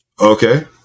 Okay